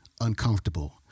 uncomfortable